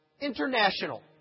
international